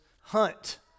hunt